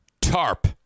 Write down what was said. tarp